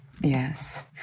Yes